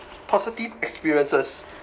positive experiences